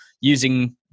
using